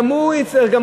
גם הוא ייפגע.